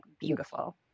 beautiful